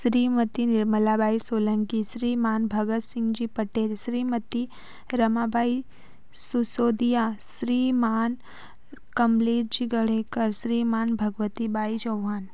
Shrimati Nirmala Bai Solanki Shriman Bhagat Singh ji Patel Shrimati Rama Bai Susodiya Shriman Kamlesh ji Ganekar Shriman Bhagwati Bai Chauhan